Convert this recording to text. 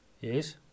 Yes